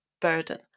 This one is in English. burden